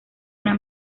una